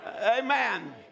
Amen